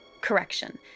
Correction